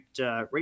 right